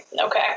Okay